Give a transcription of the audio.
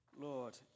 Lord